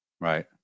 right